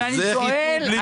אני שואל,